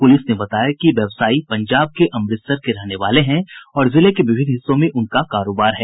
police ने बताया कि व्यवसायी पंजाब के अमृतसर के रहने वाले हैं और जिले के विभिन्न हिस्सों में उनका कारोबार है